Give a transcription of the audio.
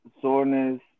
soreness